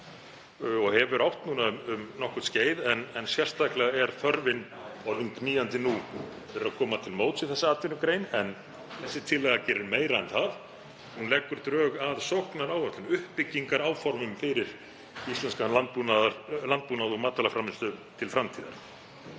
og hefur átt núna um nokkurt skeið en sérstaklega er þörfin orðin knýjandi nú að koma til móts við þessa atvinnugrein. En þessi tillaga gerir meira en það. Hún leggur drög að sóknaráætlun og uppbyggingaráformum fyrir íslenskan landbúnað og matvælaframleiðslu til framtíðar.